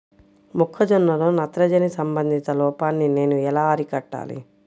మొక్క జొన్నలో నత్రజని సంబంధిత లోపాన్ని నేను ఎలా అరికట్టాలి?